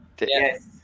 Yes